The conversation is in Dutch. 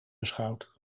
beschouwt